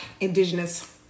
Indigenous